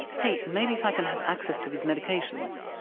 hey, maybe if i can have access to these medications,